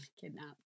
kidnapped